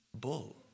Bull